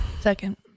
Second